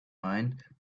mind